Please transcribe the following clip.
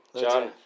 John